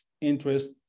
interest